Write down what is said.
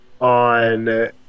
on